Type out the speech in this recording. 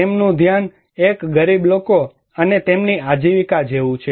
તેમનું ધ્યાન એક ગરીબ લોકો અને તેમની આજીવિકા જેવું છે